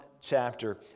chapter